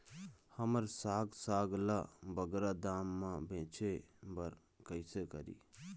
हमर साग साग ला बगरा दाम मा बेचे बर कइसे करी?